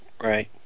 Right